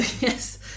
yes